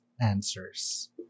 answers